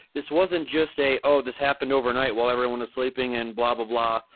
this wasn't just a, oh, this happened overnight while everyone is sleeping and blah, blah, blah,